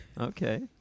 Okay